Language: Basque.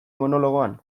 monologoan